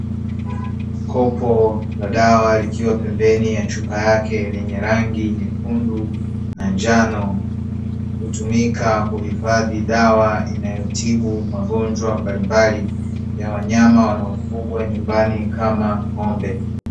Kopo la dawa likiwa pembeni ya chupa yake lenye rangi nyekundu na njano, hutumika kuhifadhi dawa inayotibu magonjwa mbalimbali ya wanyama wanaofungwa nyumbani kama ng'ombe.